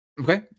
okay